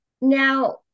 Now